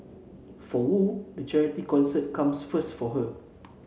for Wu the charity concert comes first for her